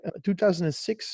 2006